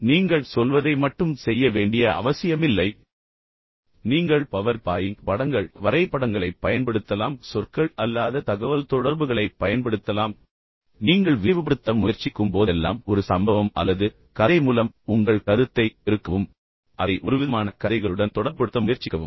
எனவே நீங்கள் சொல்வதை மட்டும் செய்ய வேண்டிய அவசியமில்லை ஆனால் நீங்கள் பவர் பாயிண்ட் படங்கள் வரைபடங்களைப் பயன்படுத்தலாம் சொற்கள் அல்லாத தகவல்தொடர்புகளைப் பயன்படுத்தலாம் பின்னர் நீங்கள் விரிவுபடுத்த முயற்சிக்கும் போதெல்லாம் ஒரு சம்பவம் அல்லது கதை மூலம் உங்கள் கருத்தை பெருக்கவும் அதை ஒருவிதமான கதைகளுடன் தொடர்புபடுத்த முயற்சிக்கவும்